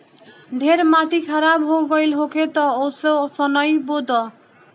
ढेर माटी खराब हो गइल होखे तअ असो सनइ बो दअ